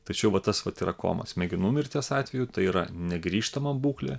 tai čia jau va tas vat yra koma smegenų mirties atveju tai yra negrįžtama būklė